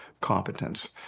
competence